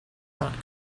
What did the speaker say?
not